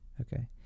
Okay